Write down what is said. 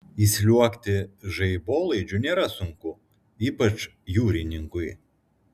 įsliuogti žaibolaidžiu nėra sunku ypač jūrininkui